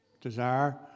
desire